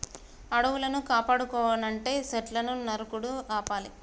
అడవులను కాపాడుకోవనంటే సెట్లును నరుకుడు ఆపాలి